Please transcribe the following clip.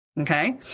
Okay